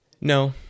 No